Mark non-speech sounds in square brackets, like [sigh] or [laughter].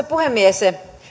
[unintelligible] puhemies